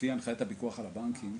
לפי הנחיית הפיקוח על הבנקים,